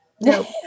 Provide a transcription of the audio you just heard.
nope